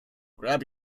grab